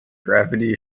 gravity